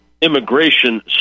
immigration